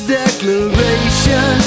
declaration